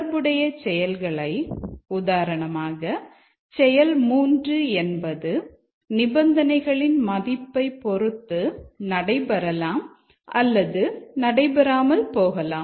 தொடர்புடைய செயல்களை உதாரணமாக செயல் 3 என்பது நிபந்தனைகளின் மதிப்பை பொறுத்து நடைபெறலாம் அல்லது நடைபெறாமல் போகலாம்